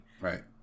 right